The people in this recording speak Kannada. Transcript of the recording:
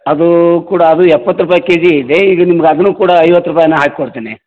ಅದೂ ಕೂಡ ಅದು ಎಪ್ಪತ್ತು ರೂಪಾಯಿ ಕೆಜಿ ಇದೆ ಈಗ ನಿಮ್ಗೆ ಅದೂ ಕೂಡ ಐವತ್ತು ರೂಪಾಯೇ ಹಾಕ್ಕೊಡ್ತೀನಿ